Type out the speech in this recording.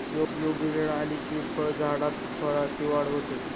योग्य वेळ आली की फळझाडात फळांची वाढ होते